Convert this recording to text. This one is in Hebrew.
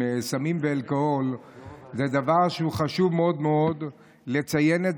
סמים ואלכוהול זה דבר שחשוב מאוד מאוד לציין,